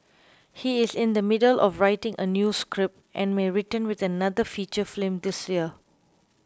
he is in the middle of writing a new script and may return with another feature film this year